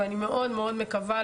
ואני מאוד מאוד מקווה,